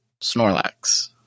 Snorlax